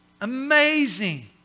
Amazing